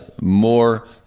more